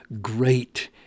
great